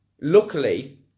luckily